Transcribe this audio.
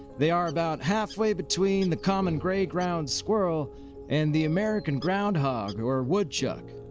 they are about halfway between the common gray ground squirrel and the american groundhog or woodchuck.